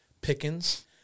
Pickens